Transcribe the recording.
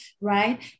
right